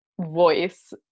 Voice